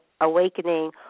awakening